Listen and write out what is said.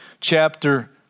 chapter